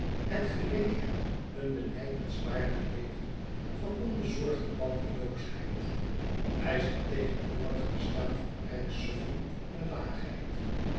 het geleek hem een benijdenswaardig leven van onbezorgde bandeloosheid bij zijn tegenwoordig bestaan van rijk suffen en laagheid